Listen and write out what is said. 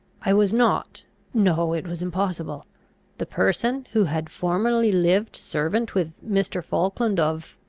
i was not no, it was impossible the person who had formerly lived servant with mr. falkland, of?